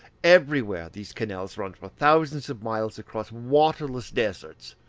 everywhere these canals run for thousands of miles across waterless deserts,